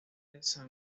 causó